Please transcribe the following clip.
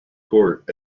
court